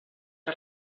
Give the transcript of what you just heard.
que